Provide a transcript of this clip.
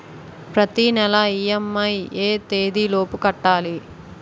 ప్రతినెల ఇ.ఎం.ఐ ఎ తేదీ లోపు కట్టాలి?